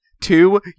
Two